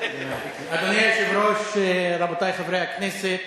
אדוני היושב-ראש, רבותי חברי הכנסת,